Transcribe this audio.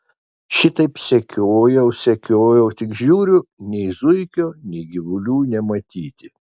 šitaip sekiojau sekiojau tik žiūriu nei zuikio nei gyvulių nematyti